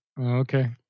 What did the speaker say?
Okay